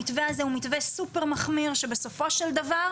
המתווה הזה הוא מתווה סופר מחמיר, שבסופו של דבר